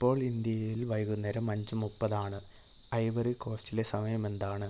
ഇപ്പോൾ ഇന്ത്യയിൽ വൈകുന്നേരം അഞ്ച് മുപ്പത് ആണ് ഐവറി കോസ്റ്റിലെ സമയം എന്താണ്